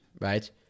right